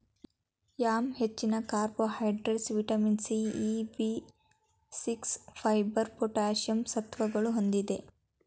yam ಹೆಚ್ಚಿನ carbohydrates, vitamin C, E, B six, fibre, potassium ಸತ್ವಗಳನ್ನು ಹೊಂದಿದೆ